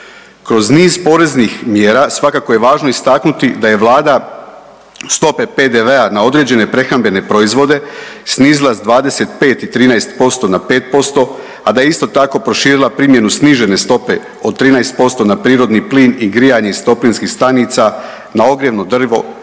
Kroz niz poreznih mjera svakako je važno istaknuti da je Vlada stope PDV-e na određene prehrambene proizvode snizila sa 25 i 13% na 5%, a da je isto tako proširila primjenu snižene stope od 13% na prirodni plin i grijanje iz toplinskih stanica na ogrjevno drvo,